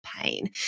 pain